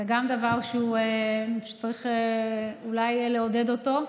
גם זה דבר שצריך אולי לעודד אותו.